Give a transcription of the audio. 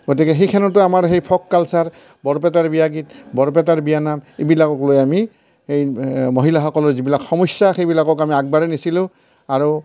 গতিকে সেইখনতো আমাৰ সেই ফক কালচাৰ বৰপেটাৰ বিয়া গীত বৰপেটাৰ বিয়া নাম এইবিলাক লৈ আমি মহিলাসকলৰ যিবিলাক সমস্যা সেইবিলাকক আমি আগবঢ়াই নিছিলোঁ আৰু